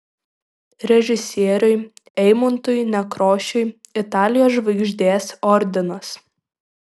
režisieriui eimuntui nekrošiui italijos žvaigždės ordinas